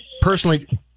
personally